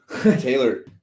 Taylor